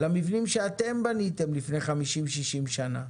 למבנים שאתם בניתם לפני 60-50 שנה?